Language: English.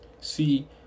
See